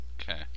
Okay